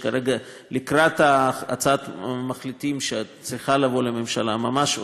לקראת הצעת מחליטים שצריכה להגיע לממשלה ממש או-טו-טו,